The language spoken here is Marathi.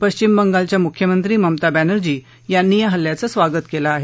पश्चिम बंगालच्या मुख्यमंत्री ममता बॅनर्जी यांनी या हल्ल्याचं स्वागत केलं आहे